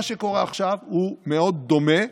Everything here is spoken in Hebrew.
מה שקורה עכשיו הוא מאוד דומה,